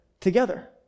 together